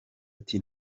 ati